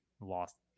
lost